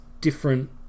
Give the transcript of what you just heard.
different